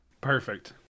perfect